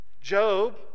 Job